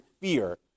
fear